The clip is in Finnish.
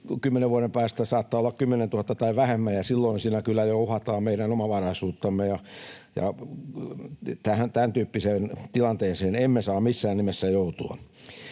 vuoden päästä olla 10 000 tai vähemmän. Silloin siinä kyllä jo uhataan meidän omavaraisuuttamme. Tämän tyyppiseen tilanteeseen emme saa missään nimessä joutua.